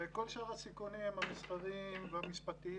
כל שאר הסיכונים המספריים והמשפטיים,